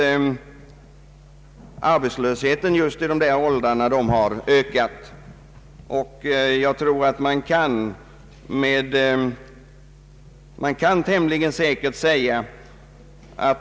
Arbetslösheten just i dessa åldrar har också ökat.